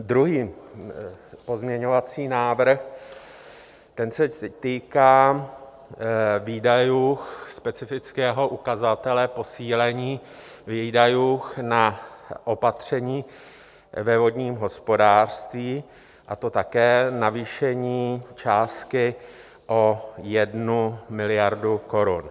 Druhý pozměňovací návrh, ten se týká výdajů specifického ukazatele posílení výdajů na opatření ve vodním hospodářství, a to také navýšení částky o 1 miliardu korun.